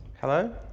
Hello